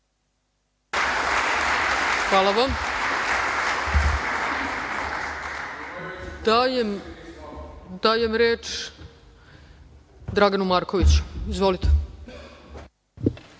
Hvala vam. Dajem reč Draganu Markoviću. Izvolite.